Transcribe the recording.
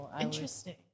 Interesting